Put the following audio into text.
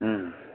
हूँ